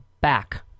back